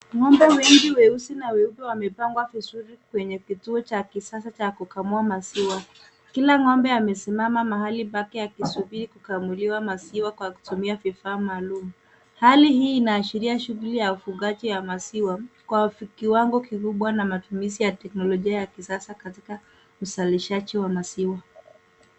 Ngombe wengi weusi na weupe wamepangwa vizuri kwenye kituo cha kisasa cha kukamua maziwa. Kila ngombe amesimama mahali pake akisubiri kukamuliwa maziwa kwa kutumia vifaa maalum. Hali hii inaashiria shughuli ya ufugaji ya maziwa kwa kiwango kikubwa na matumizi ya teknolojia ya kisasa katika usalishaji wa maziwa.